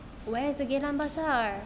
where is the geylang pasar